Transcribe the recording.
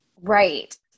Right